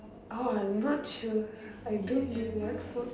orh I'm not sure I don't bring